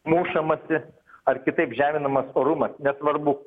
mušamasi ar kitaip žeminamas orumas nesvarbu